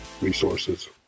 resources